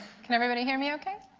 can anybody hear me okay?